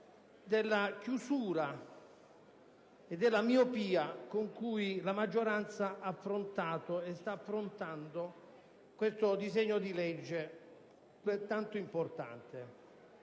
della chiusura e della miopia con cui la maggioranza ha affrontato e sta affrontando questo disegno di legge, pure tanto importante.